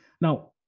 Now